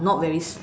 not very slim